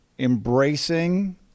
embracing